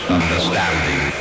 understanding